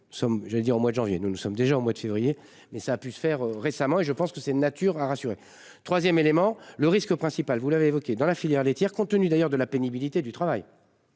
nous sommes déjà au mois de février mais ça a pu se faire récemment et je pense que c'est de nature à rassurer 3ème élément le risque principal, vous l'avez évoqué dans la filière laitière compte tenu d'ailleurs de la pénibilité du travail.